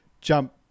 jump